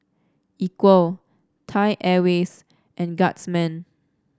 Equal Thai Airways and Guardsman